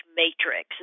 matrix